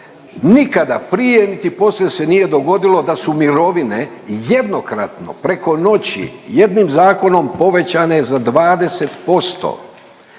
nikada prije niti poslije se nije dogodilo da su mirovine jednokratno preko noći jednim zakonom povećane za 20%.